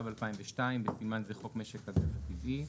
התשס"ב-2002 (בסימן זה חוק משק הגז הטבעי)